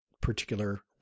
particular